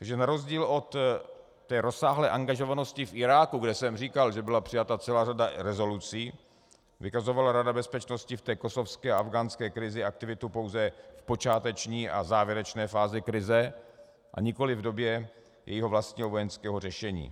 Takže na rozdíl od té rozsáhlé angažovanosti v Iráku, kde jsem říkal, že byla přijata celá řada rezolucí, vykazovala Rada bezpečnosti v té kosovské a afghánské krizi aktivitu pouze v počáteční a v závěrečné fázi krize, a nikoliv v době jejího vlastního vojenského řešení.